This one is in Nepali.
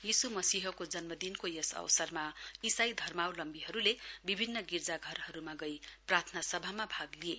यीशू मसीहको जन्मको यस अवसरमा इसाई धर्मावलम्बीहरूले विभिन्न गिर्जाघरहरूमा गई प्रार्थना सभामा भाग लिए